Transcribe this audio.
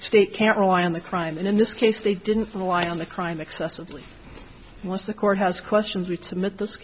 state can't rely on the crime and in this case they didn't rely on the crime excessively what the court has questions we to make this